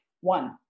one